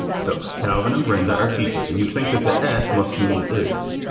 so calvin and brenda are teachers. and you'd think that the act must mean is.